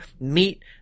meet